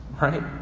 Right